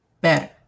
better